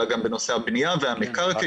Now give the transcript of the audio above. אלא גם בנושא הבנייה והמקרקעין.